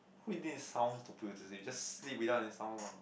who needs sound to put you to sleep just sleep without any sound lah